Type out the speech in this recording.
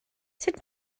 sut